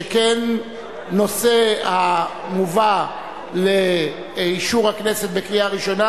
שכן הנושא המובא לאישור הכנסת בקריאה ראשונה